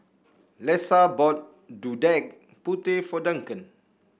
Lesa bought Gudeg Putih for Duncan